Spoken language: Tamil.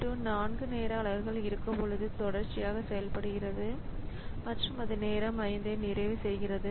P 2 4 நேர அலகுகள் இருக்கும் பொழுது தொடர்ச்சியாக செயல்படுகிறது மற்றும் அது நேரம் 5 ஐ நிறைவு செய்கிறது